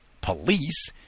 police